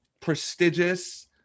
prestigious